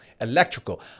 electrical